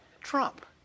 Trump